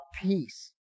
peace